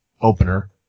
opener